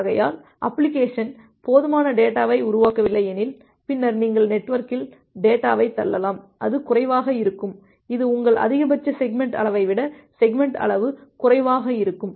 ஆகையால் அப்ளிகேஷன் போதுமான டேட்டாவை உருவாக்கவில்லை எனில்பின்னர் நீங்கள் நெட்வொர்க்கில் டேட்டாவை தள்ளலாம்அது குறைவாக இருக்கும் இது உங்கள் அதிகபட்ச செக்மெண்ட் அளவை விட செக்மெண்ட் அளவு குறைவாக இருக்கும்